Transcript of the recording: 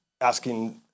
asking